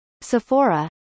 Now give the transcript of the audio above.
Sephora